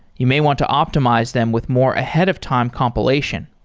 you may want to optimize them with more ahead of time compilation.